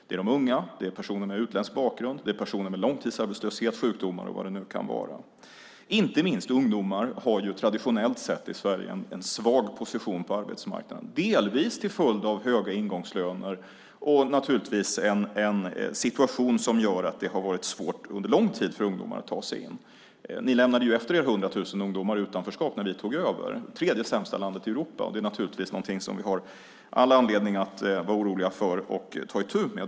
Det är de unga. Det är personer med utländsk bakgrund. Det är personer med långtidsarbetslöshet, sjukdomar och vad det nu kan vara. Inte minst ungdomar har traditionellt sett i Sverige en svag position på arbetsmarknaden, delvis till följd av höga ingångslöner och, naturligtvis, en situation som gör att det har varit svårt under lång tid för ungdomar att ta sig in. Ni lämnade efter er 100 000 ungdomar i utanförskap när vi tog över - det tredje sämsta landet i Europa. Det är naturligtvis någonting som vi har all anledning att vara oroliga för och ta itu med.